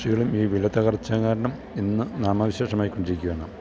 കൃഷികളും ഈ വിലത്തകർച്ച കാരണം ഇന്നു നാമാവശേഷമായി കൊണ്ടിരിക്കുകയാണ്